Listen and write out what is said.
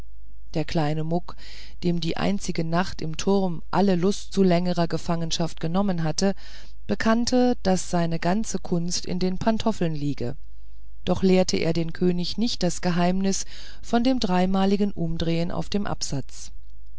der kleine muck dem die einzige nacht im turm alle lust zu längerer gefangenschaft benommen hatte bekannte daß seine ganze kunst in den pantoffeln liege doch lehrte er den könig nicht das geheimnis von dem dreimaligen umdrehen auf dem absatz